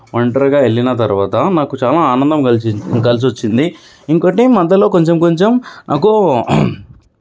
ఒంటరిగా వెళ్ళిన తర్వాత నాకు చాలా ఆనందం కలిసి కలిసొచ్చింది ఇంకోకటి మధ్యలో కొంచెం కొంచెం నాకు